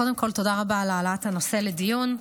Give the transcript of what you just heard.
קודם כול, תודה רבה על העלאת הנושא לדיון.